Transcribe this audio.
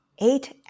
eight